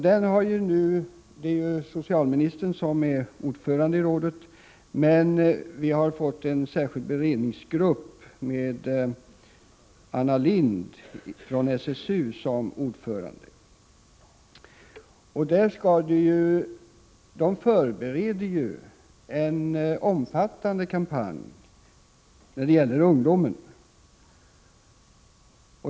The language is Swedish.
Det är socialministern som är ordförande i nämnden. Till nämnden har knutits en särskild beredningsgrupp med Anna Lindh från SSU som ordförande. Man förbereder en omfattande kampanj som riktar sig till ungdomen.